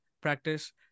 practice